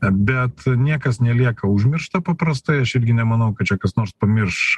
bet niekas nelieka užmiršta paprastai aš irgi nemanau kad čia kas nors pamirš